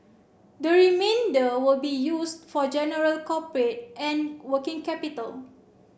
the remainder will be used for general corporate and working capital